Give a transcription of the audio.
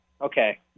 okay